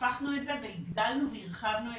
הפכנו את זה, הפכנו והגדלנו את